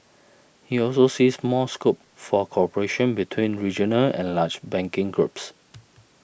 he also sees more scope for cooperation between regional and large banking groups